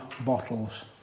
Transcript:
bottles